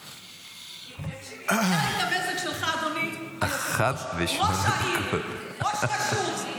אם היה לי את המזג שלך, אדוני ראש העיר, ראש רשות.